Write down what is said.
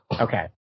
Okay